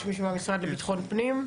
יש מישהו מהמשרד לביטחון פנים?